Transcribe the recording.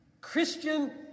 Christian